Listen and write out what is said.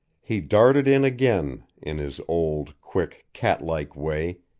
he darted in again, in his old, quick, cat-like way,